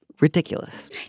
ridiculous